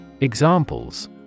Examples